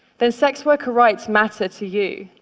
then sex worker rights matter to you.